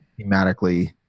thematically